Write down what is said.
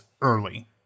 early